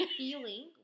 feeling